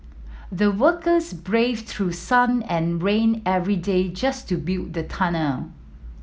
the workers braved through sun and rain every day just to build the tunnel